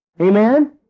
Amen